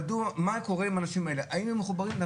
מה קורה עם האנשים האלה, האם הם מחוברים.